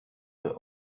the